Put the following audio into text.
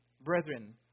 brethren